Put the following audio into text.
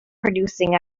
producing